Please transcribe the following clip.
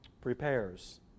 Prepares